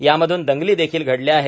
यामधून दंगली देखील घडल्या आहेत